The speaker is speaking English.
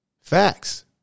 Facts